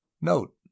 note